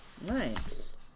Nice